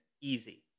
easy